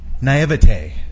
Naivete